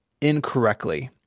incorrectly